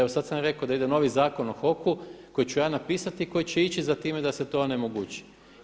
Evo sada sam rekao da ide novi Zakon o HOK-u koji ću ja napisati i koji će ići za time da se to onemogući.